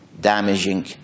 damaging